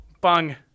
Bang